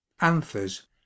anthers